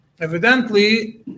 Evidently